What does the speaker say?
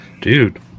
dude